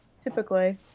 typically